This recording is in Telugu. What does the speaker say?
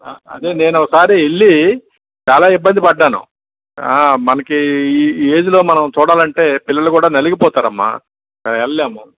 ఆ అదే నేను ఒకసారి వెళ్ళి చాలా ఇబ్బంది పడ్డాను ఆ మనకి ఈ ఏజ్ లో మనం చూడాలంటే పిల్లలు కూడా నలిగిపోతారమ్మ వెళ్లలేము